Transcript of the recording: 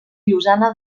llosana